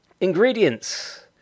Ingredients